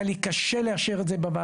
היה לי קשה לאשר את זה בוועדה,